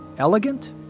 Elegant